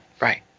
Right